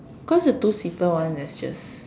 cause the two seater one is just